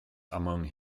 among